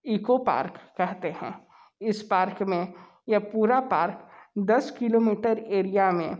eco park कहते हैं इस पार्क में यह पूरा पार्क दस किलोमीटर एरिया में